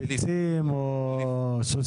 לא, לא.